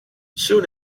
soon